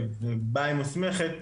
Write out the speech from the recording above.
ובה היא מוסמכת,